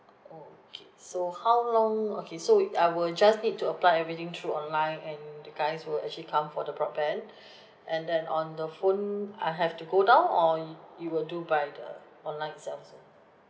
okay so how long okay so it I will just need to apply everything through online and the guys will actually come for the broadband and then on the phone I have to go down or y~ you will do by the online itself also